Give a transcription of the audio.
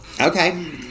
Okay